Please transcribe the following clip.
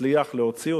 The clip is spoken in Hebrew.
נצליח להוציא אותו.